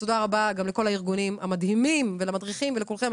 ותודה רבה גם לכל הארגונים המדהימים ולמדריכים ולכולכם.